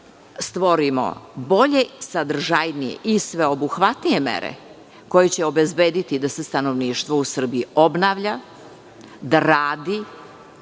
stvorimo bolje, sadržajnije i sveobuhvatnije mere koje će obezbediti da se stanovništvo u Srbiji obnavlja, da radi,